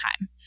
time